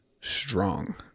strong